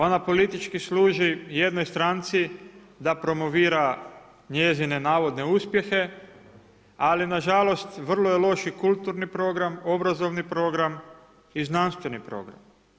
Ona politički služi jednoj stranci da promovira njezine navodne uspjehe, ali nažalost vrlo je loši kulturni program, obrazovni program i znanstveni program.